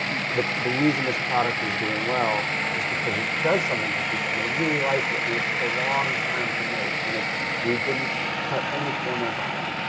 the the reason this product is doing well is because it does something for people and they really liked it and it took a long time to make and we we didn't cut any corners on it.